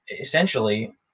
essentially